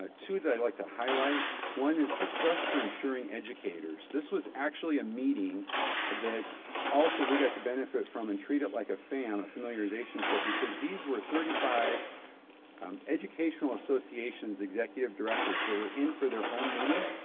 ah two that i'd like to highlight one is the trust for insuring educators. this was actually a meeting that also we got to benefit from and treat it like a fam, a familiarization trip, because these were thirty five um educational associations executive directors that were in for their own meeting.